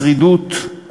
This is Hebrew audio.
שרידות,